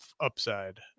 upside